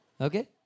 Okay